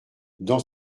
dans